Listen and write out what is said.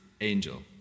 angel